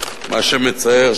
מה שמצער,